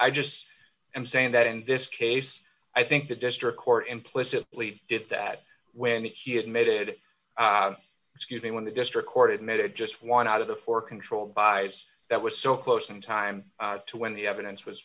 i just am saying that in this case i think the district court implicitly did that when the he admitted excuse me when the district court admitted just one out of the four controlled by that was so close in time to when the evidence was